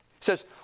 says